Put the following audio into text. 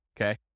Okay